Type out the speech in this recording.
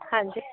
ਹਾਂਜੀ